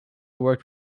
worked